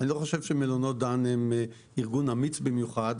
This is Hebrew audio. אני לא חושב שמלונות דן הם ארגון אמיץ במיוחד,